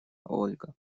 ольга